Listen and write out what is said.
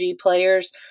players